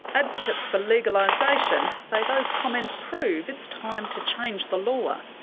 advocates for legalisation say those comments prove it's time to change the law.